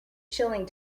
chilling